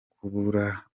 kubura